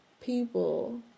people